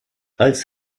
als